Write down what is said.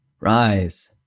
rise